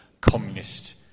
communist